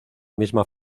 misma